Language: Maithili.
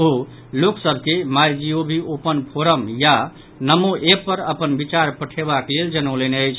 ओ लोक सभ के माई जीओवी ओपन फोरम या नमोऐप पर अपन विचार पठेबाक लेल जनौलनि अछि